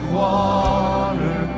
water